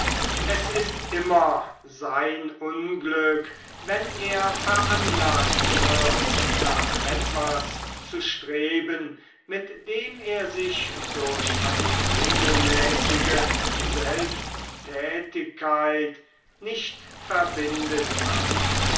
es ist immer sein unglück wenn er veranlaßt wird nach etwas zu streben mit dem er sich durch eine regelmälßige selbsttätigkeit nicht verbinden kann